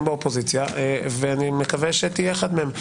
באופוזיציה ואני מקווה שתהיה אחד מהם.